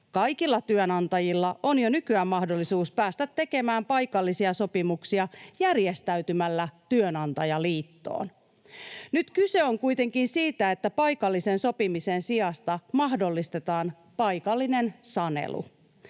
Kaikilla työnantajilla on jo nykyään mahdollisuus päästä tekemään paikallisia sopimuksia järjestäytymällä työnantajaliittoon. Nyt kyse on kuitenkin siitä, että paikallisen sopimisen sijasta mahdollistetaan paikallinen sanelu.